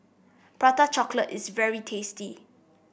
Prata Chocolate is very tasty